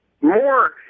More